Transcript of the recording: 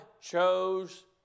chose